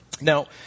Now